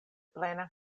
plena